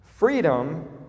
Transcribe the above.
Freedom